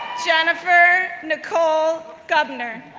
jennifer nicole gubner,